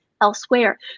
elsewhere